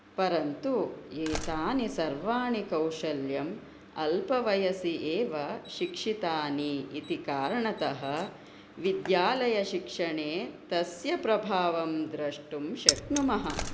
परन्तु एतानि सर्वाणि कौशल्यम् अल्पवयसि एव शिक्षितानि इति कारणतः विद्यालयशिक्षणे तस्य प्रभावं द्रष्टुं शक्नुमः